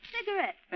Cigarette